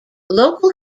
local